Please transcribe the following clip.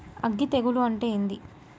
అగ్గి తెగులు అంటే ఏంది?